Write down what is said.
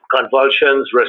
convulsions